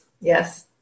Yes